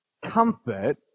Comfort